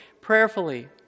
prayerfully